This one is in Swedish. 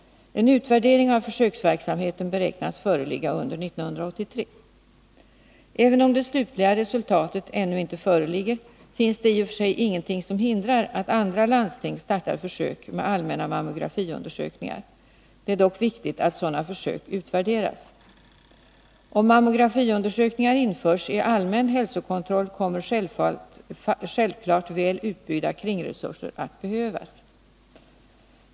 En utvärdering av försöksverksamheten beräknas föreligga under år 1983. Även om det slutliga resultatet ännu inte föreligger, finns det i och för sig ingenting som hindrar att andra landsting startar försök med allmänna mammografiundersökningar. Det är dock viktigt att sådana försök utvärderas. Om mammografiundersökningar införs i allmän hälsokontroll, kommer självfallet väl utbyggda kringresurser att behövas.